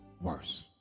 worse